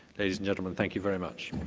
ladies and gentlemen, thank you very much.